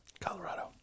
Colorado